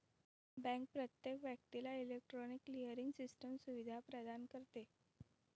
bank प्रत्येक व्यक्तीला electronic clearing system सुविधा प्रदान करते